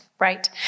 Right